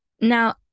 Now